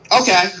Okay